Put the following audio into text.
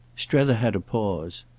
strether had a pause.